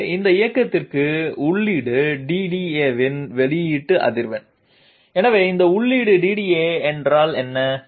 எனவே இந்த இயக்கத்திற்கு உள்ளீடு DDAவின் வெளியீட்டு அதிர்வெண் எனவே இந்த உள்ளீடு DDA என்றால் என்ன